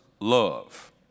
love